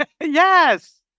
Yes